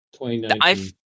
2019